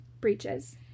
breaches